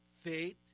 Faith